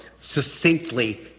succinctly